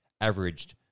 averaged